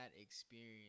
experience